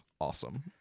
awesome